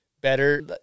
better